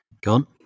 Gone